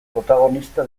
protagonista